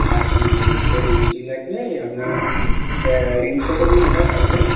আচ্ছা madam red কালারের lipstick লাগবে আপনার রেঞ্জ কতো ম্যাম এটা প্রাইজের